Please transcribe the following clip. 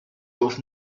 جفت